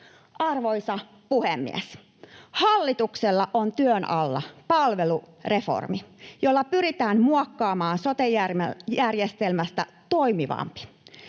Arvoisa puhemies! Hallituksella on työn alla palvelureformi, jolla pyritään muokkaamaan sote-järjestelmästä toimivampi.